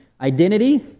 Identity